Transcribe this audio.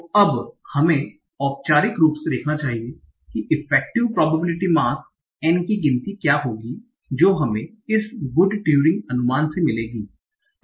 तो अब हमें औपचारिक रूप से देखना चाहिए कि effective probability mass N की गिनती क्या होगी जो हमें इस गुड ट्यूरिंग अनुमान से मिलेगी